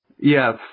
Yes